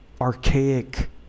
archaic